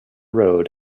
road